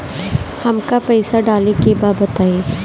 हमका पइसा डाले के बा बताई